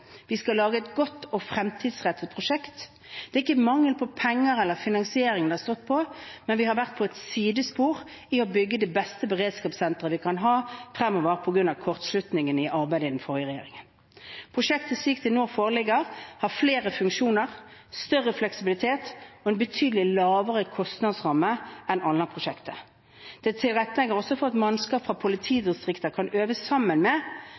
Vi skal lage et godt og fremtidsrettet prosjekt. Det er ikke mangel på penger eller finansieringen det har stått på, men vi har vært på et sidespor i å bygge det beste beredskapssenteret vi kan ha fremover, på grunn av kortslutningen i arbeidet til den forrige regjeringen. Prosjektet slik det nå foreligger, har flere funksjoner, større fleksibilitet og en betydelig lavere kostnadsramme enn Alna-prosjektet. Det tilrettelegger også for at mannskaper fra politidistriktene kan øve sammen med